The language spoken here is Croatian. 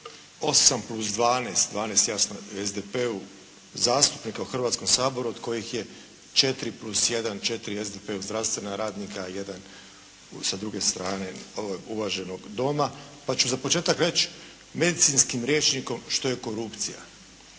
8 plus 12, 12 jasno u SDP-u zastupnika u Hrvatskom saboru od kojih je 4 plus 1, 4 u SDP-u zdravstvena radnika, 1 sa druge strane uvaženog doma pa ću za početak reći medicinskim rječnikom što je korupcije.